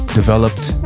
developed